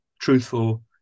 truthful